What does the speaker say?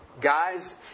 guys